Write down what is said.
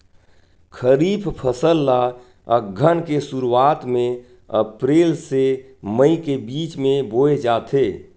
खरीफ फसल ला अघ्घन के शुरुआत में, अप्रेल से मई के बिच में बोए जाथे